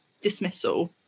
dismissal